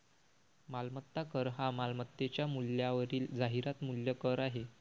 मालमत्ता कर हा मालमत्तेच्या मूल्यावरील जाहिरात मूल्य कर आहे